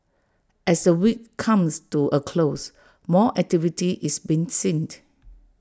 as the week comes to A close more activity is been seen